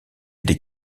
des